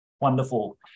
Wonderful